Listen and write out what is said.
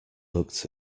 looked